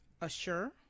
Assure